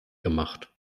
gemacht